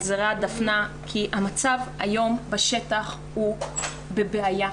זרי הדפנה כי המצב היום בשטח הוא בבעיה,